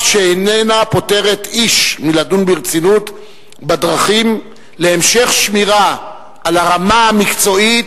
שאיננה פוטרת איש מלדון ברצינות בדרכים להמשך שמירה על הרמה המקצועית,